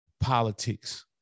politics